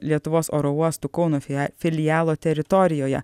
lietuvos oro uostų kauno fia filialo teritorijoje